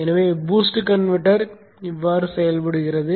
எனவே boost converter இப்படித்தான் செயல்படுகிறது